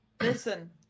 listen